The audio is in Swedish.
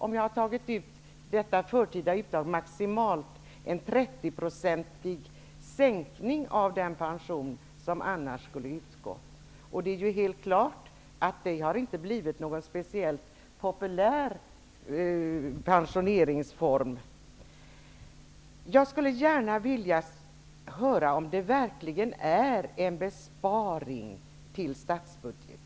Om man har tagit ut detta förtida uttag, har man maximalt en 30 procentig sänkning av den pension som annars skulle utgå. Det är helt klart att detta inte har blivit någon speciellt populär pensioneringsform. Jag skulle gärna vilja höra om detta verkligen innebär en besparing i statsbudgeten.